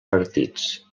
partits